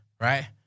right